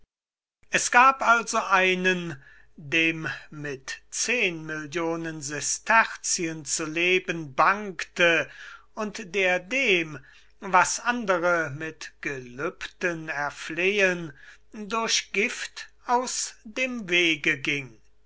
es gab also einen dem mit zehn millionen sesterzien bangte und der dem was andere mit gelübden erflehen durch gift aus dem wege ging